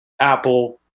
Apple